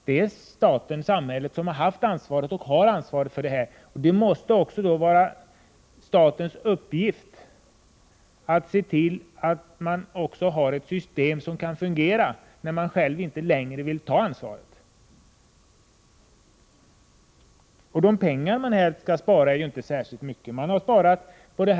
Det är samhället som har haft och har ansvaret för detta, och det måste då också vara statens uppgift att se till att det finns ett system som kan fungera när den inte längre själv vill ta ansvaret. De pengar man vill spara är inte särskilt stora belopp.